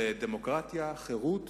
דמוקרטיה, חירות